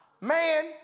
Man